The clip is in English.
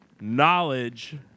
knowledge